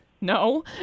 No